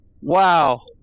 Wow